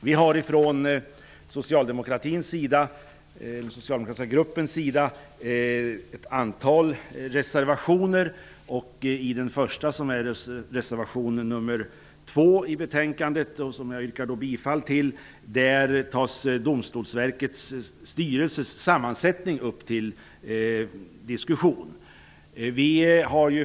Från den socialdemokratiska gruppens sida har vi gjort ett antal reservationer. I vår första reservation, reservation 2 i betänkandet, tas Domstolsverkets styrelsesammansättning upp till diskussion. Jag yrkar bifall till reservation 2.